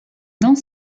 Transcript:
dans